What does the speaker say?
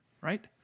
right